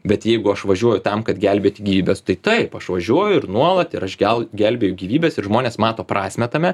bet jeigu aš važiuoju tam kad gelbėti gyvybes tai taip aš važiuoju ir nuolat ir aš gel gelbėju gyvybes ir žmonės mato prasmę tame